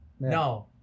no